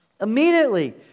Immediately